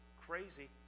Crazy